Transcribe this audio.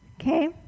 okay